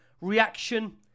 reaction